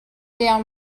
down